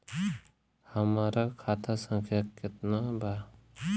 हमरा खाता संख्या केतना बा?